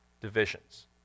divisions